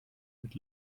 mit